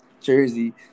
Jersey